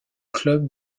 club